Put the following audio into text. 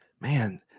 Man